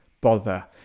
bother